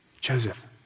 Joseph